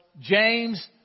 James